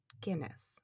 guinness